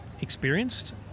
experienced